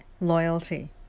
loyalty